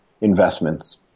investments